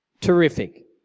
Terrific